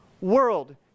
world